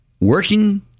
working